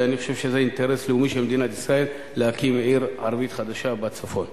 ואני חושב שזה אינטרס לאומי של מדינת ישראל להקים עיר ערבית חדשה בצפון.